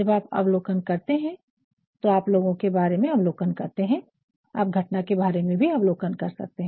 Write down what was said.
जब आप अवलोकन करते हैं तो आप लोगों के बारे में अवलोकन करते हैं आप घटना के बारे में भी अवलोकन कर सकते हैं